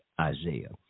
Isaiah